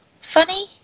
funny